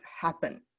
happen